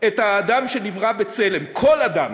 את האדם שנברא בצלם, כל אדם